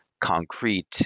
concrete